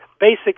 basic